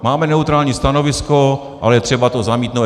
Máme neutrální stanovisko, ale je třeba to zamítnout.